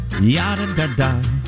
Yada-da-da